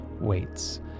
waits